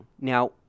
Now